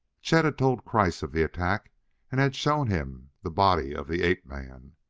chet had told kreiss of the attack and had shown him the body of the ape-man.